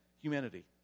humanity